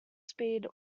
speed